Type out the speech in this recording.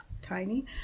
tiny